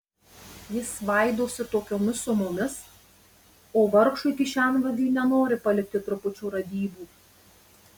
jis svaidosi tokiomis sumomis o vargšui kišenvagiui nenori palikti trupučio radybų